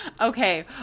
Okay